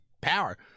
power